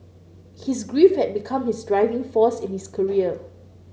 his grief had become his driving force in his career